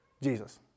Jesus